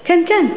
כן, כן.